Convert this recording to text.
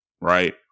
Right